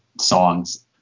songs